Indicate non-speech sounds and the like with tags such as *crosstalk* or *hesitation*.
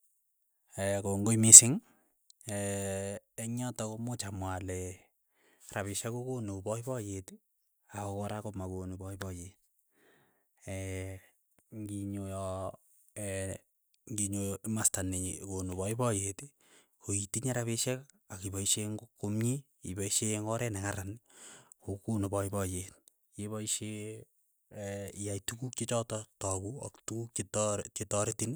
*hesitation* kongoi mising, *hesitation* eng' yotok komuch amwa ale, rapishek kokonu poipoyeet ako kora komakonu poipoyeet, *hesitation* ng'inyo yaa *hesitation* ng'inyo masta ni konu paipayeet ko itinye rapishek akipaishe eng' komie, ipaishe eng' oret nekaran kokonu poipoyet, yepaishe *hesitation* iyai tukuk chechotok toku ak tukuk che tore che toretin,